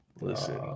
listen